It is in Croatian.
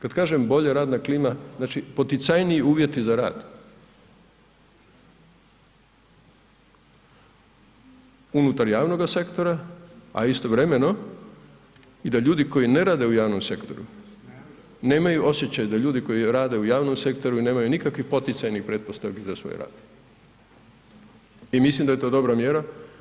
Kada kažem bolja radna klima, znači poticajniji uvjeti za rad unutar javnoga sektora, a istovremeno da ljudi koji ne rade u javnom sektoru nemaju osjećaj da ljudi koji rede u javnom sektoru nemaju nikakvih poticajnih pretpostavki za svoj rad i mislim da je to dobra mjera.